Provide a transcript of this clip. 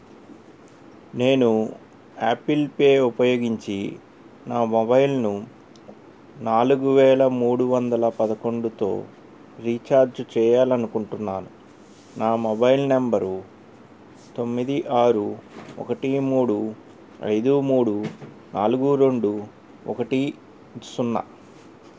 నేను Apple Pay ఉపయోగించి నా మొబైల్ను నాలుగు వేల మూడు వందల పదకొండుతో రీఛార్జు చేయాలనుకుంటున్నాను నా మొబైల్ నెంబర్ తొమ్మిది ఆరు ఒకటి మూడు ఐదు మూడు నాలుగు రెండు ఒకటి సున్నా